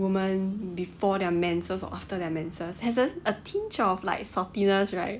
women before their menses or after their menses has a pinch of saltiness right